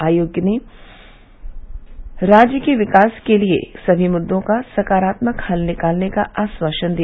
आयोग ने राज्य के विकास के लिये सभी मुद्दों का सकारात्मक हल निकालने का आश्वासन दिया